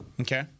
Okay